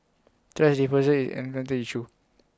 thrash disposal is an environmental issue